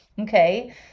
Okay